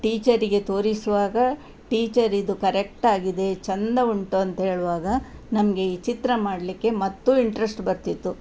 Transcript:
ಟೀಚರಿಗೆ ತೋರಿಸುವಾಗ ಟೀಚರ್ ಇದು ಕರೆಕ್ಟಾಗಿದೆ ಚೆಂದ ಉಂಟು ಅಂತ ಹೇಳುವಾಗ ನಮಗೆ ಈ ಚಿತ್ರ ಮಾಡಲಿಕ್ಕೆ ಮತ್ತೂ ಇಂಟ್ರೆಸ್ಟ್ ಬರ್ತಿತ್ತು